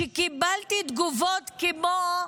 שקיבלתי תגובות כמו: